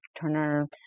Turner